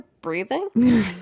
breathing